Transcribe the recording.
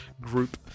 group